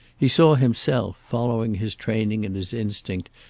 he saw himself, following his training and his instinct,